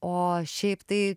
o šiaip tai